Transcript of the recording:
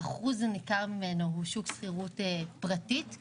וכן אנחנו רואים